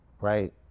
right